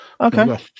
okay